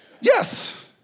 Yes